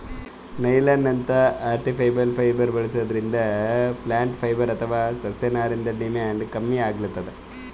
ನೈಲಾನ್ನಂಥ artificial fibre ಭಾಳ್ ಬಳಸದ್ರಿಂದ plant fibre ಅಥವಾ ಸಸ್ಯನಾರಿಂದ್ ಡಿಮ್ಯಾಂಡ್ ಕಮ್ಮಿ ಆಗ್ಲತದ್